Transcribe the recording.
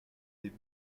des